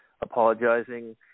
apologizing